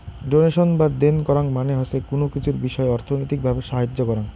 donation বা দেন করাং মানে হসে কুনো কিছুর বিষয় অর্থনৈতিক ভাবে সাহায্য করাং